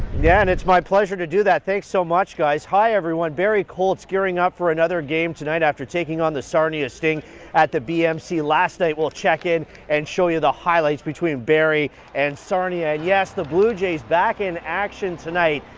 yeah, and it's my pleasure to do that, thanks so much guys. hi everyone, barrie colts gearing up for another game tonight after taking on the sarnia sting at the bmc last night we'll check in and show you the highlights between barrie and sarnia. and yes, the blue jays back in action tonight,